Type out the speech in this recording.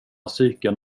cykeln